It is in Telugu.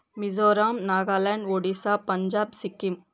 మిజోరాం నాగాలాండ్ ఒడిస్సా పంజాబ్ సిక్కిం